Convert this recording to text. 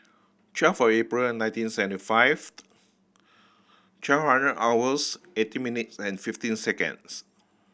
twelve April and nineteen seventy five twelve hundred hours eighteen minutes and fifteen seconds